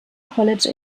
college